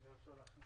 שאול,